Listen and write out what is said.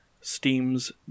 Steam's